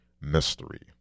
mystery